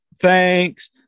Thanks